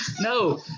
No